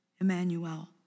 Emmanuel